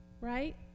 Right